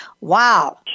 Wow